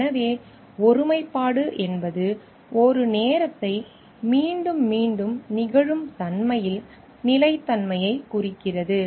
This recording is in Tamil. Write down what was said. எனவே ஒருமைப்பாடு என்பது ஒரு நேரத்தை மீண்டும் மீண்டும் நிகழும் தன்மையில் நிலைத்தன்மையைக் குறிக்கிறது